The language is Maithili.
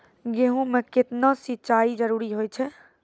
गेहूँ म केतना सिंचाई जरूरी होय छै?